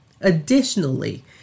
Additionally